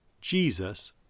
Jesus